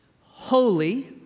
holy